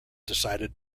decided